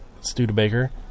Studebaker